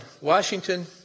Washington